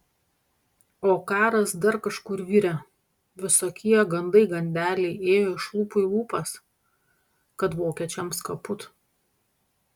o karas dar kažkur virė visokie gandai gandeliai ėjo iš lūpų į lūpas kad vokiečiams kaput